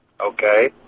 Okay